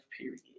period